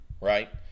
right